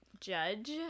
judge